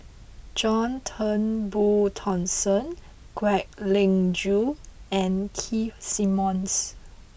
John Turnbull Thomson Kwek Leng Joo and Keith Simmons